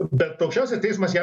bet aukščiausias teismas ją